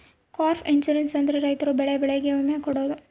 crop insurance ಅಂದ್ರೆ ರೈತರು ಬೆಳೆಯೋ ಬೆಳೆಗೆ ವಿಮೆ ಕೊಡೋದು